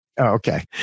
Okay